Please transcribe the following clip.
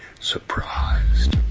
surprised